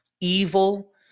evil